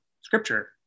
scripture